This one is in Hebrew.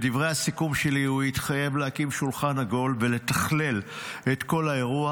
בדברי הסיכום שלי הוא התחייב להקים שולחן עגול ולתכלל את כל האירוע.